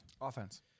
Offense